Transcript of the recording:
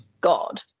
god